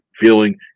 feeling